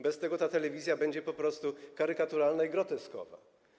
Bez tego ta telewizja będzie po prostu karykaturalna i groteskowa.